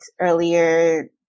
earlier